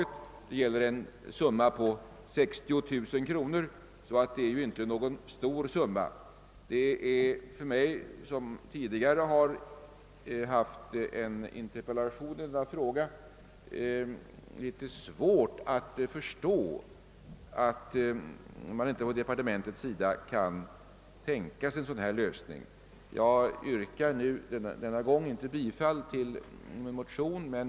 Det gäller en summa på 60 000 kronor, så det är ju inte något stort belopp det är fråga om. Det är för mig som tidigare har framställt en interpellation i denna fråga, litet svårt att förstå, att man inte från departementets sida kan tänka sig en sådan lösning.